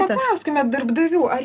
paklauskime darbdavių ar